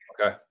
Okay